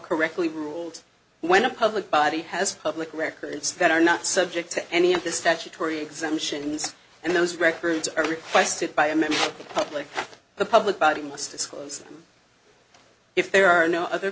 correctly ruled when a public body has public records that are not subject to any of the statutory exemptions and those records are requested by a member public the public body must disclose if there are no other